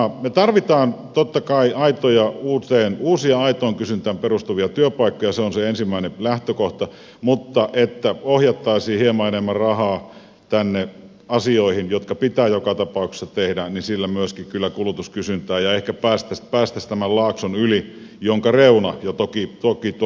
me tarvitsemme totta kai uusia aitoon kysyntään perustuvia työpaikkoja se on se ensimmäinen lähtökohta mutta kun ohjattaisiin hieman enemmän rahaa asioihin jotka pitää joka tapauksessa tehdä niin sillä myöskin kyllä lisättäisiin kulutuskysyntää ja ehkä päästäisiin tämän laakson yli jonka reuna jo toki tuolla häämöttää